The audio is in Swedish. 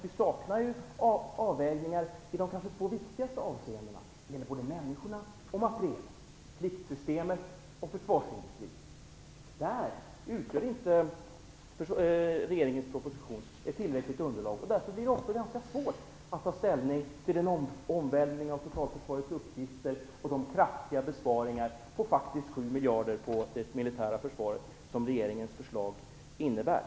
Vi saknar avvägningar i de kanske två viktigaste avseendena: människor och materiel, pliktsystemet och försvarsindustrin. Där utgör inte regeringens proposition ett tillräckligt underlag. Därför blir det svårt att ta ställning till en omvälvning av totalförsvarets uppgifter och de kraftiga besparingar på faktiskt 7 miljarder på det militära försvaret som regeringens förslag innebär.